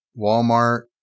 Walmart